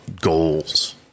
goals